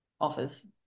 offers